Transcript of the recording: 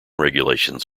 regulations